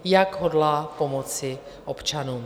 Jak hodlá pomoci občanům?